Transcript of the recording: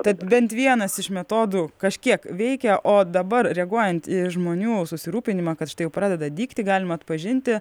tad bent vienas iš metodų kažkiek veikia o dabar reaguojant į žmonių susirūpinimą kad štai jau pradeda dygti galima atpažinti